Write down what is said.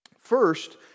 First